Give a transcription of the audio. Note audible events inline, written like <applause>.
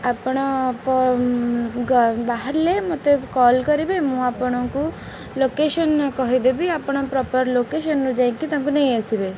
ଆପଣ <unintelligible> ବାହାରିଲେ ମତେ କଲ୍ କରିବେ ମୁଁ ଆପଣଙ୍କୁ ଲୋକେସନ୍ କହିଦେବି ଆପଣ ପ୍ରପର୍ ଲୋକେସନ୍ରୁ ଯାଇକି ତାଙ୍କୁ ନେଇ ଆସିବେ